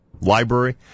Library